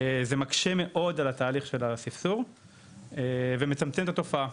זה מקשה מאוד על תהליך הספסור ומצמצם את התופעה.